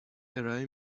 ارائه